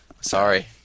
Sorry